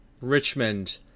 Richmond